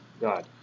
God